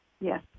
Yes